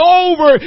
over